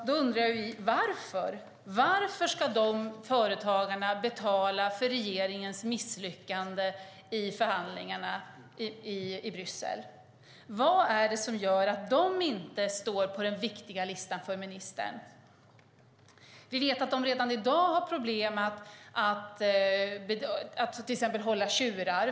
Då undrar vi: Varför ska de företagarna betala för regeringens misslyckande i förhandlingarna i Bryssel? Vad är det som gör att de inte står på den viktiga listan för ministern? Vi vet att de redan i dag har problem att till exempel hålla tjurar.